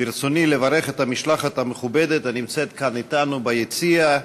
ברצוני לברך את המשלחת המכובדת הנמצאת כאן אתנו ביציע,